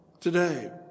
today